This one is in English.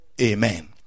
amen